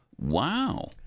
Wow